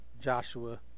Joshua